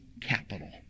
capital